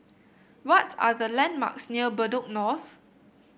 what are the landmarks near Bedok North